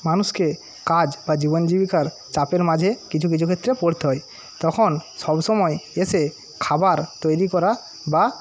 মানুষকে কাজ বা জীবন জীবিকার চাপের মাঝে কিছু কিছু ক্ষেত্রে পড়তে হয় তখন সব সময় এসে খাবার তৈরি করা বা